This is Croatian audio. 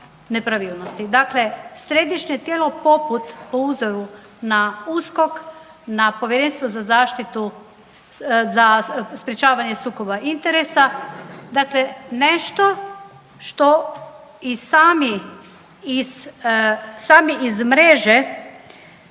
nepravilnosti. Dakle, središnje tijelo poput, po uzoru na USKOK, na Povjerenstvo za sprječavanje sukoba interesa. Dakle, nešto što i sami iz mreže,